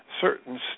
certain